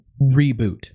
reboot